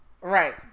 Right